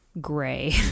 gray